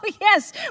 yes